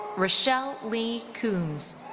riccel lee kouns,